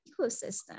ecosystem